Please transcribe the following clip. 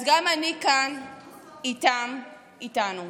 אז גם אני כאן איתם, איתנו.